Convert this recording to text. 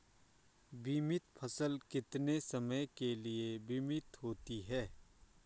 बीमित फसल कितने समय के लिए बीमित होती है?